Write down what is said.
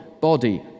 body